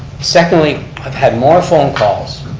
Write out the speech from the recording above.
secondly, i've had more phone calls